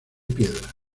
piedra